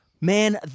Man